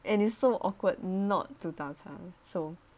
and it's so awkward not to 大岔 so